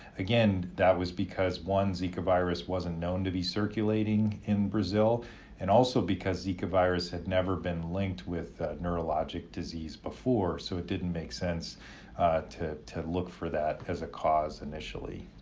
again, that was because one, zika virus wasn't known to be circulating in brazil and also because zika virus had never been linked with neurologic disease before. so it didn't make sense to to look for that as a cause initially.